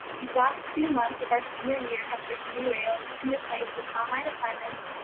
these last few months of our senior year have been derailed and replaced with online assignments,